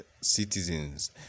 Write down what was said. citizens